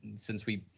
since we,